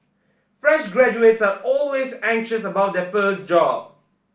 fresh graduates are always anxious about their first job